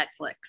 Netflix